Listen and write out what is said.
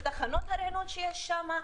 את תחנות הריענון שיש שם,